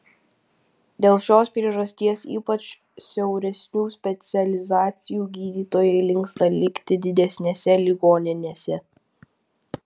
dėl šios priežasties ypač siauresnių specializacijų gydytojai linksta likti didesnėse ligoninėse